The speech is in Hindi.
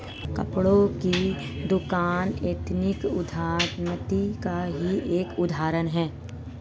कपड़ों की दुकान एथनिक उद्यमिता का ही एक उदाहरण है